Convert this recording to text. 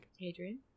Adrian